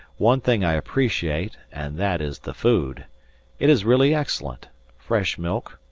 one thing i appreciate, and that is the food it is really excellent fresh milk,